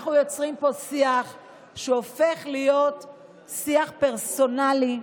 אנחנו יוצרים פה שיח שהופך להיות שיח פרסונלי,